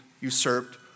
usurped